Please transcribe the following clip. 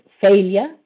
failure